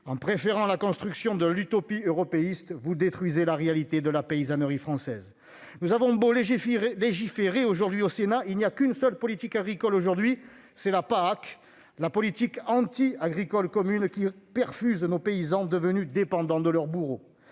en préférant la construction de l'utopie européiste, vous détruisez la réalité de la paysannerie française. Nous avons beau légiférer aujourd'hui au Sénat, il n'y a qu'une seule politique agricole aujourd'hui, c'est la PAAC, la politique anti-agricole commune, qui perfuse nos paysans, devenus dépendants de leurs bourreaux